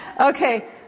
Okay